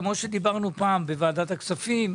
כמו שדיברנו פעם בוועדת הכספים.